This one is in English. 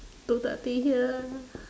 two thirty here